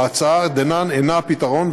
ההצעה דנן אינה הפתרון,